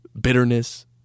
Bitterness